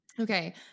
Okay